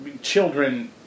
children